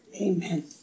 Amen